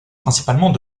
principalement